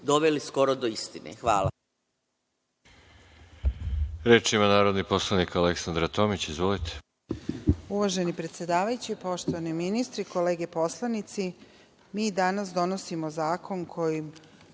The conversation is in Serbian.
doveli skoro do istine. Hvala.